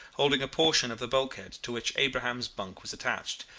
holding a portion of the bulkhead to which abraham's bunk was attached,